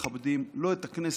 במהלך הזה לא מכבדים לא את הכנסת,